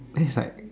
then is like